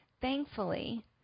thankfully